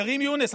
כרים יונס,